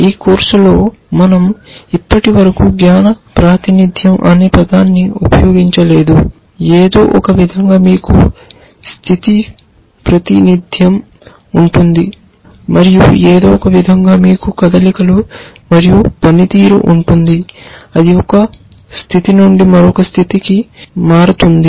ఈ కోర్సులో మనం ఇప్పటి వరకు జ్ఞాన ప్రాతినిధ్యం అనే పదాన్ని ఉపయోగించలేదు ఏదో ఒకవిధంగా మీకు స్థితి ప్రాతినిధ్యం ఉంటుంది మరియు ఏదో ఒకవిధంగా మీకు కదలికలు మరియు పనితీరు ఉంటుంది అది ఒక స్థితి నుండి మరొక స్థితినికి మారుతుంది